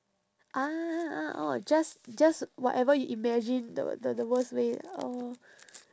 ah ah orh just just whatever you imagine the the the worst way oh